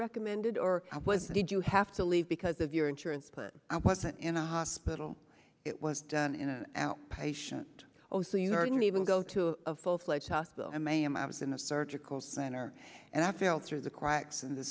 recommended or was did you have to leave because of your insurance plan i wasn't in the hospital it was done in an outpatient oh so you're not even go to a full fledged hospital mam i was in the surgical center and i fell through the cracks in the